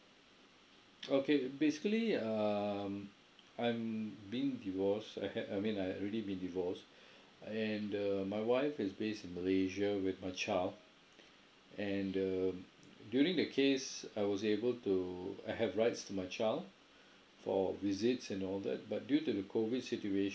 okay basically um I'm being divorced I had I mean I already been divorced and uh my wife is based in malaysia with my child and um during the case I was able to I have rights to my child for visits and all that but due to the COVID situation